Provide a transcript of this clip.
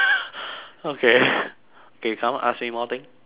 okay K come ask me more thing